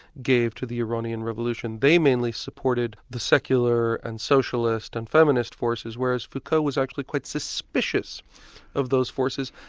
gave to the iranian revolution. they mainly supported the secular and socialist and feminist forces, whereas foucault was actually quite suspicious of those forces,